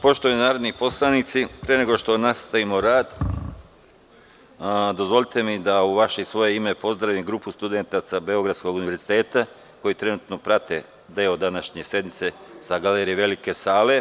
Poštovani narodni poslanici, pre nego što nastavimo rad, dozvolite mi da u vaše i u svoje ime pozdravim grupu studenata Beogradskog univerziteta, koji trenutno prate deo današnje sednice sa galerije velike sale.